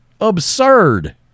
absurd